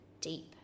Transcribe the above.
deep